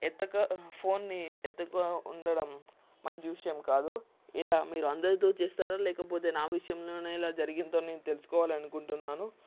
ఎత్తక ఫోన్ని ఎత్తక ఉండడం మంచి విషయం కాదు ఇలా మీరు అందరితో చేస్తారా లేకపోతే నా విషయంలోనే ఇలా జరిగిందో అని నేను తెలుసుకోవాలనుకుంటున్నాను